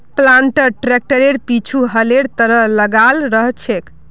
planter ट्रैक्टरेर पीछु हलेर तरह लगाल रह छेक